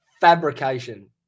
fabrication